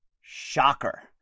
shocker